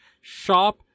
shop